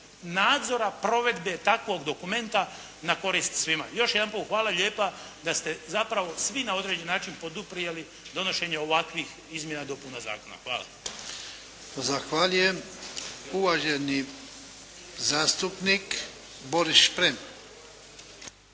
nadzora provedbe takvog dokumenta na korist svima. Još jedanput hvala lijepa da ste zapravo svi na određeni način poduprijeli donošenje ovakvih izmjena i dopuna zakona. Hvala. **Jarnjak, Ivan (HDZ)** Zahvaljujem. Uvaženi zastupnik Boris Šprem.